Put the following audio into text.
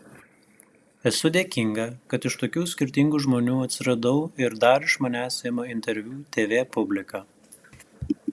esu dėkinga kad iš tokių skirtingų žmonių atsiradau ir dar iš manęs ima interviu tv publika